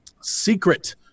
secret